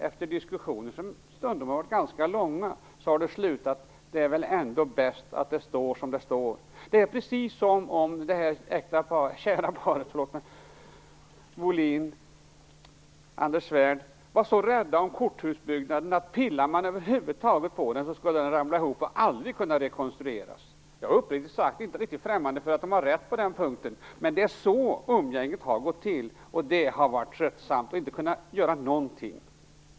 Efter diskussioner som stundom har varit ganska långa har det slutat med: Det är väl ändå bäst att det står som det står. Det är precis som om det kära paret Britt Bohlin och Anders Svärd var så rädda om korthusbyggnaden, att pillade man över huvud taget på den skulle den ramla ihop och aldrig kunna rekonstrueras. Jag är uppriktigt sagt inte främmande för att de har rätt på den punkten. Men det är så umgänget har gått till, och det har varit tröttsamt att inte ha kunnat göra någonting.